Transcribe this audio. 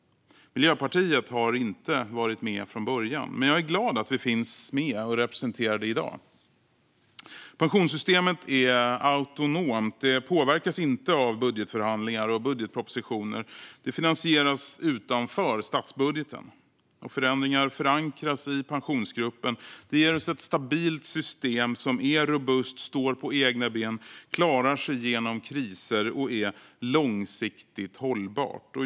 Miljöpartiet har inte varit med från början, men jag är glad att vi finns representerade i dag. Pensionssystemet är autonomt. Det påverkas inte av budgetförhandlingar och budgetpropositioner. Det finansieras utanför statsbudgeten, och förändringar förankras i Pensionsgruppen. Det ger oss ett stabilt system som är robust, som står på egna ben, som klarar sig genom kriser och som är långsiktigt hållbart.